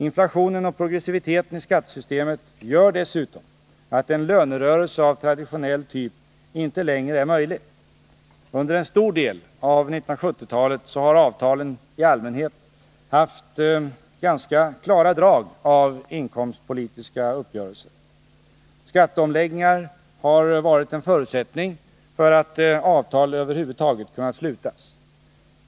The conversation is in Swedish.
Inflationen och progressiviteten i skattesystemet gör dessutom att en lönerörelse av traditionell typ inte längre är möjlig. Under en stor del av 1970-talet har avtalen i allmänhet haft ganska klara drag av inkomstpolitiska uppgörelser. 49 Skatteomläggningar har varit en förutsättning för att avtal över huvud taget kunnat slutas.